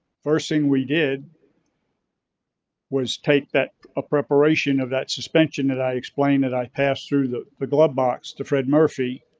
first thing we did was take that a preparation of that suspension that i explained that i passed through the the glove box to fred murphy.